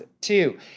two